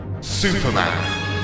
Superman